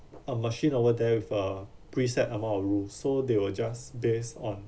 a machine over there with a preset amount of rules so they will just based on